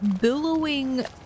billowing